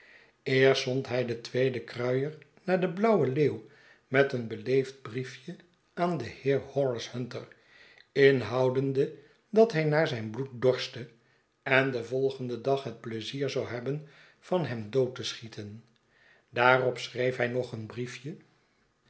eerst zond hij den tweeden kruier naar de blauwe leeuw met een beleefd briefje aan den heer horace hunter inhoudende dat hij naar zijn bloed dorstte en den volgenden dag het pleizier zou hebben van hem dood te schieten daarop schreef hij nog een briefje